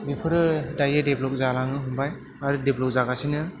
बेफोरो दायो डेभेलप जालांनो हमबाय आरो डेभेलप जागासिनो